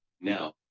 Now